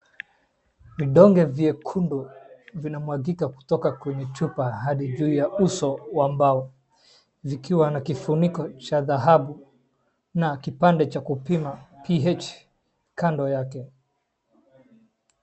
Vidonge vyekundu vinamwagika kutoka kwenye chupa hadi juu ya uso wa mbao zikiwa na kifuniko cha dhahabu na kipande cha kupima PH kando yake.